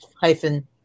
hyphen